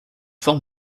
forme